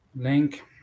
link